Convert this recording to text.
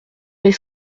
les